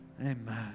Amen